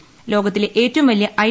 ല്യോകത്തിലെ ഏറ്റവും വലിയ ഐ